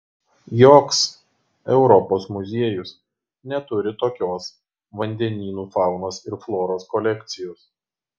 joks europos muziejus neturi tokios vandenynų faunos ir floros kolekcijos